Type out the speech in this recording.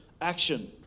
action